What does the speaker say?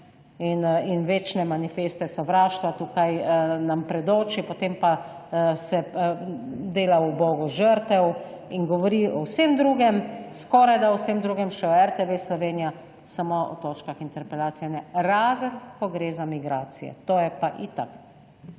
in večne manifeste sovraštva, tukaj nam predoči, potem pa se dela ubogo žrtev in govori o vsem drugem, skorajda o vsem drugem, še o RTV Slovenija, samo o točkah interpelacije ne. Razen ko gre za migracije, to je pa itak